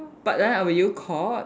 but then were you caught